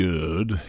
Good